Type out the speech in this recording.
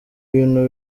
bintu